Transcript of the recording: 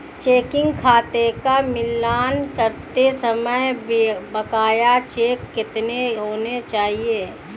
Checking खाते का मिलान करते समय बकाया चेक कितने होने चाहिए?